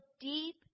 deep